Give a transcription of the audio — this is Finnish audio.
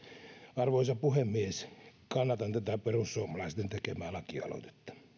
arvoisa puhemies kannatan tätä perussuomalaisten tekemää lakialoitetta